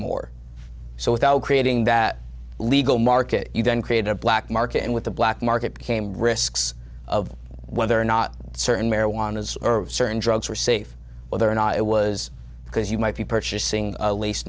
more so without creating that legal market you then create a black market and with the black market became risks of whether or not certain marijuana's or certain drugs were safe whether or not it was because you might be purchasing a leas